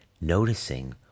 noticing